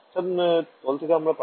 ছাত্র ছাত্রীঃ তল থেকে আমরা পাই